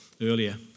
earlier